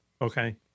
Okay